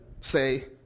say